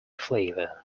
flavour